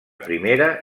primera